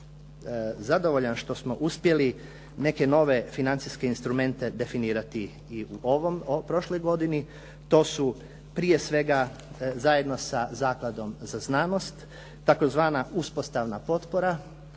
zadovoljan što smo uspjeli neke nove financijske instrumente definirati i u ovom, prošloj godini, to su prije svega, zajedno sa zakladom za znanost, tzv. uspostavna potpora,